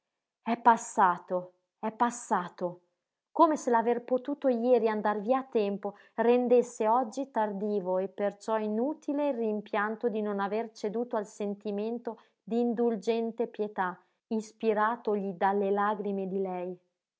è passato è passato come se l'aver potuto jeri andar via a tempo rendesse oggi tardivo e per ciò inutile il rimpianto di non aver ceduto al sentimento di indulgente pietà ispiratogli dalle lagrime di lei